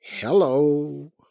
Hello